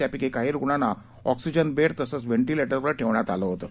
त्यापक्री काही रुग्णांना oxygen bed तसंच व्हेंटिलेटरवर ठेवण्यात आलं होतं